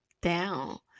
down